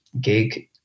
gig